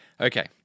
Okay